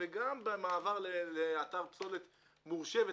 וגם במעבר לאתר פסולת מורשה ותקין.